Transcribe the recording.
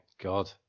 God